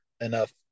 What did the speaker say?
enough